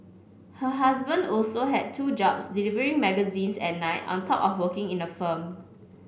her husband also had two jobs delivering magazines at night on top of working in a firm